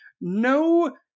No